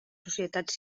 societats